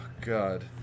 God